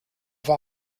war